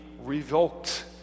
revoked